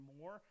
more